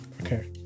Okay